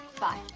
Bye